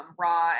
raw